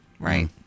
Right